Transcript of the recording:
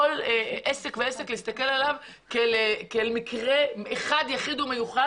להסתכל על כל עסק ועסק כעל מקרה אחד יחיד ומיוחד